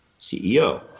CEO